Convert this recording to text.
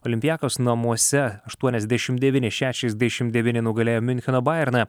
olympiakos namuose aštuoniasdešimt dvyni šešiasdešimt devyni nugalėjo miuncheno bajerną ir